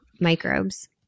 microbes